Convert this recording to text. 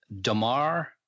Damar